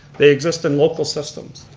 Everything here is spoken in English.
they exist in local system.